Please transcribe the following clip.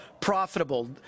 profitable